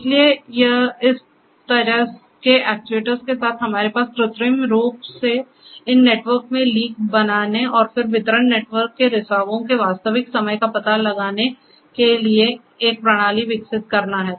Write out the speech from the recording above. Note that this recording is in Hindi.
इसलिए इस तरह के एक्ट्यूएटर्स के साथ हमारे पास कृत्रिम रूप से इन नेटवर्क में लीक बनाने और फिर वितरण नेटवर्क से रिसावों के वास्तविक समय का पता लगाने के लिए एक प्रणाली विकसित करना है